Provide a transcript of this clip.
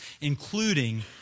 including